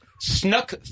snuck